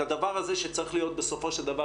את הדבר הזה שצריך להיות בסופו של דבר